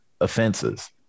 offenses